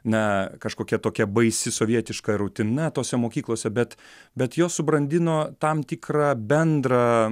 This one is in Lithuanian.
na kažkokia tokia baisi sovietiška rutina tose mokyklose bet bet jos subrandino tam tikrą bendrą